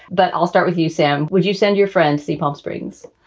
but i'll start with you, sam. would you send your friends see palm springs?